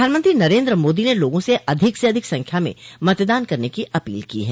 प्रधानमंत्री नरेन्द्र मोदी ने लोगों से अधिक से अधिक संख्या में मतदान करने की अपील की है